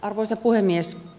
arvoisa puhemies